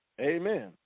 amen